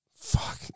Fuck